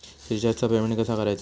रिचार्जचा पेमेंट कसा करायचा?